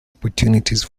opportunities